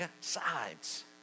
sides